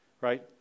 right